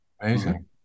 amazing